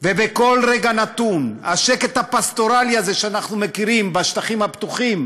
ובכל רגע נתון השקט הפסטורלי הזה שאנחנו מכירים בשטחים הפתוחים